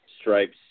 stripes